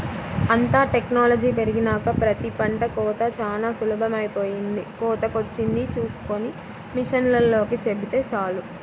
అంతా టెక్నాలజీ పెరిగినాక ప్రతి పంట కోతా చానా సులభమైపొయ్యింది, కోతకొచ్చింది చూస్కొని మిషనోల్లకి చెబితే చాలు